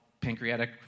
pancreatic